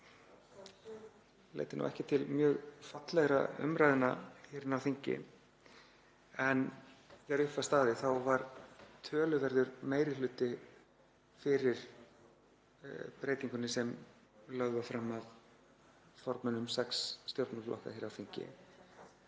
leiddi ekki til mjög fallegra umræðna hér inni á þingi en þegar upp var staðið var töluverður meiri hluti fyrir breytingunni sem lögð var fram af formönnum sex stjórnmálaflokka hér á þingi.